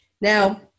Now